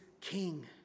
king